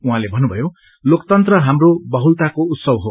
उहाँले भन्नुभयो लोकतन्त्र हाप्रो बहुलताको उत्सव हो